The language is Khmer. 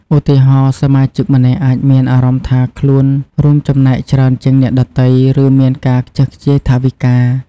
ឧទាហរណ៍ សមាជិកម្នាក់អាចមានអារម្មណ៍ថាខ្លួនរួមចំណែកច្រើនជាងអ្នកដទៃ ឬមានការខ្ជះខ្ជាយថវិកា។